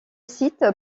site